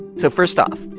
so first off,